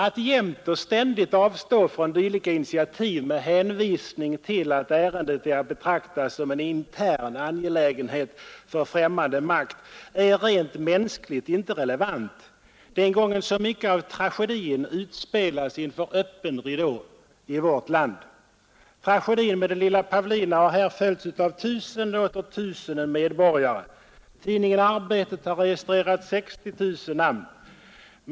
Att ständigt avstå från dylika initiativ med hänvisning till att ärendet är att betrakta som en ”intern angelägenhet” för främmande makt är rent mänskligt inte relevant vid ett tillfälle när så mycket av tragedin utspelas inför öppen ridå i vårt land. Tragedin med den lilla Pavlina har här följts av tusenden och åter tusenden medborgare, och tidningen Arbetet har registrerat 60 000 namn i denna fråga.